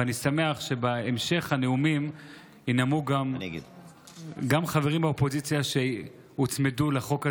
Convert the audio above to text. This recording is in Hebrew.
ואני שמח שבהמשך הנאומים ינאמו גם חברים מהאופוזיציה שהוצמדו לחוק הזה.